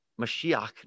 Mashiach